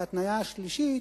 וההתניה השלישית,